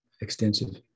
extensive